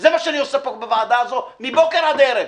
זה מה שאני עושה פה בוועדה זו מבוקר עד ערב.